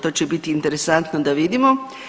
To će biti interesantno da vidimo.